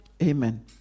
Amen